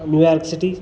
New York city